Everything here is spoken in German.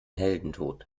heldentod